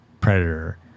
Predator